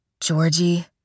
Georgie